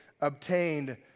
obtained